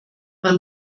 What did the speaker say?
man